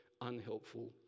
unhelpful